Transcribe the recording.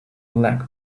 lag